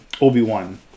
Obi-Wan